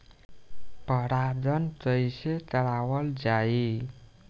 परागण कइसे करावल जाई?